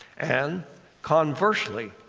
and conversely,